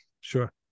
Sure